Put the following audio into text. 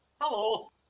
hello